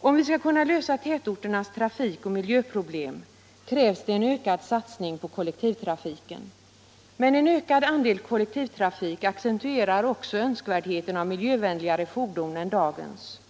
Om vi skall kunna lösa tätorternas trafik och miljöproblem, krävs det en ökad satsning på kollektivtrafiken. Men en ökad andel kollektivtrafik accentuerar också önskvärdheten av miljövänligare fordon än dagens.